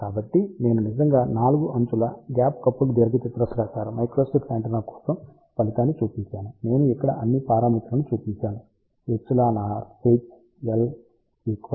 కాబట్టి నేను నిజంగా 4 అంచుల గ్యాప్ కపుల్డ్ దీర్ఘచతురస్రాకార మైక్రోస్ట్రిప్ యాంటెన్నా కోసం ఫలితాన్ని చూపించాను నేను ఇక్కడ అన్ని పారామితులను చూపించాను εr h L W 30 mm లేదా మీరు 3 సెం